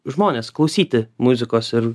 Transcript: žmones klausyti muzikos ir